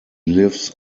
lives